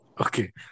Okay